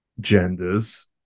genders